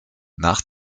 nach